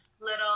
little